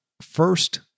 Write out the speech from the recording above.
First